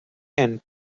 and